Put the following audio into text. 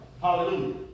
Hallelujah